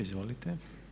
Izvolite.